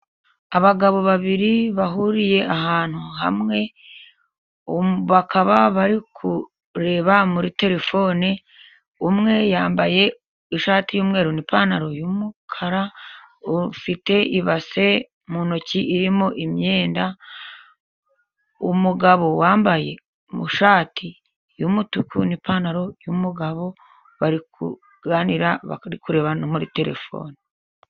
Abagabo babiri bahuriye ahantu hamwe, bakaba bari kureba muri terefoni, umwe yambaye ishati y'umweru n'ipantaro y'umukara, ufite ibase mu ntoki irimo imyenda, umugabo wambaye amashati y'umutuku n'ipantaro y'umugabo, bari kuganira kureba muri telefoni.